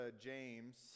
James